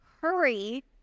hurry